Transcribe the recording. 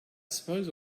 suppose